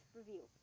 review